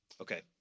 Okay